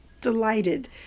delighted